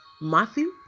Matthew